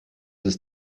ist